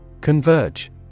Converge